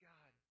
God